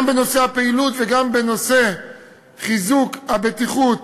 גם בנושא הפעילות וגם בנושא חיזוק הבטיחות